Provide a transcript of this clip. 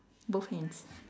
both hands